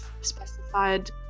specified